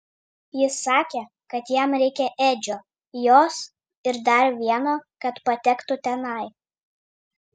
jis sakė kad jam reikia edžio jos ir dar vieno kad patektų tenai